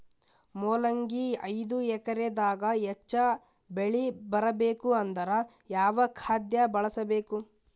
ಮೊಲಂಗಿ ಐದು ಎಕರೆ ದಾಗ ಹೆಚ್ಚ ಬೆಳಿ ಬರಬೇಕು ಅಂದರ ಯಾವ ಖಾದ್ಯ ಬಳಸಬೇಕು?